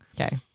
Okay